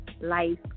Life